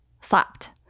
slapped